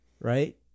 right